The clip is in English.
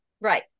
Right